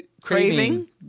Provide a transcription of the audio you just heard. Craving